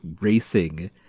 racing